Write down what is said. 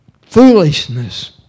foolishness